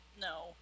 No